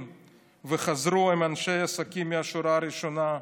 וחזרו הם אנשי עסקים מהשורה הראשונה,